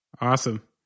Awesome